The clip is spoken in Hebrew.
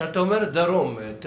כשאת אומרת דרום?